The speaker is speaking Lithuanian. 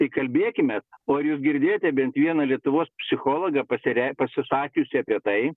įkalbėkime o ar jūs girdėjote bent vieną lietuvos psichologą pasirei pasisakiusį apie tai